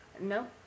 No